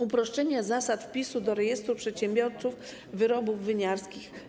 Uproszczono zasady wpisu do rejestru przedsiębiorców wyrobów winiarskich.